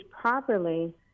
properly